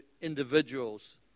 individuals